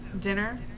dinner